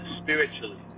spiritually